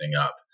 up